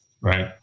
Right